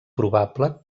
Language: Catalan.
probable